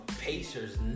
Pacers